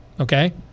Okay